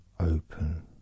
Open